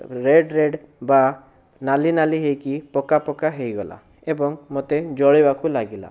red red ବା ନାଲି ନାଲି ହେଇକି ପକାପକା ହୋଇଗଲା ଏବଂ ମୋତେ ଜଳିବାକୁ ଲାଗିଲା